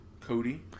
Cody